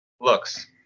looks